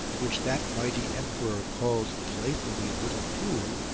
which that mighty emperor called playfully a little pool,